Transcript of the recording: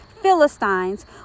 Philistines